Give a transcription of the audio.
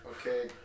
Okay